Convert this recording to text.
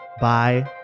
Bye